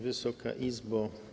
Wysoka Izbo!